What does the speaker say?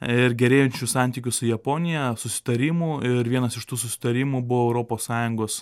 ir gerėjančių santykių su japonija susitarimų ir vienas iš tų susitarimų buvo europos sąjungos